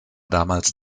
damals